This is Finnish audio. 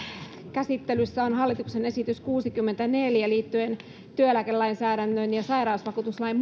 käsittelyssä on hallituksen esitys kuudenkymmenenneljän liittyen työeläkelainsäädännön ja sairausvakuutuslain